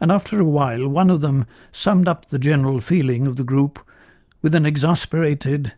and after a while, one of them summed up the general feeling of the group with an exasperated